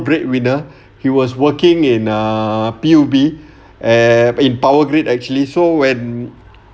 breadwinner he was working in a P_U_B and in power grid actually so when